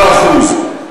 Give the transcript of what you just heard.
26% בספרד,